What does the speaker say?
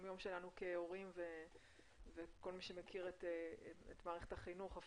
יום כהורים וכל מי שמכיר את מערכת החינוך,